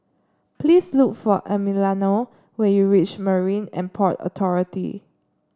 please look for Emiliano when you reach Marine And Port Authority